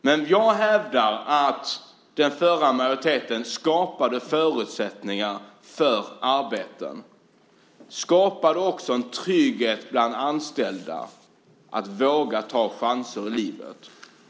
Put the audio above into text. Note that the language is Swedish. Men jag hävdar att den förra majoriteten skapade förutsättningar för arbeten och skapade också en trygghet bland anställda, så att de vågade ta chanser i livet.